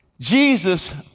Jesus